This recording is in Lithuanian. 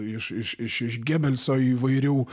iš iš iš iš gebelso įvairių